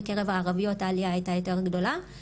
בקרב הערביות העלייה הייתה יותר גדולה.